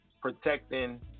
protecting